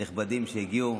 הנכבדים שהגיעו,